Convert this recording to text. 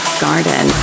garden